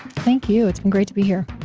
thank you. it's been great to be here.